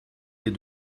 les